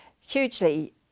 Hugely